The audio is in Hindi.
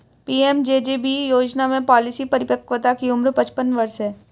पी.एम.जे.जे.बी योजना में पॉलिसी परिपक्वता की उम्र पचपन वर्ष है